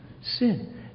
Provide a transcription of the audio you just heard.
sin